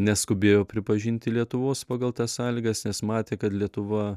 neskubėjo pripažinti lietuvos pagal tas sąlygas nes matė kad lietuva